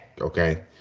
okay